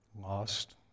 lost